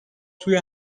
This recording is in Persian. توی